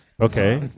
Okay